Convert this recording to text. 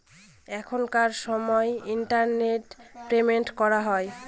এখনকার সময় internet payment করা হয়